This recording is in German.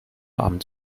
abend